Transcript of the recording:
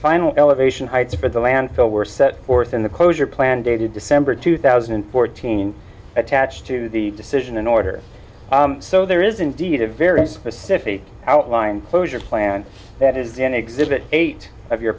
final elevation heights but the landfill were set forth in the closure plan dated december two thousand and fourteen attached to the decision in order so there is indeed a very specific outline closure plan that is in exhibit eight of your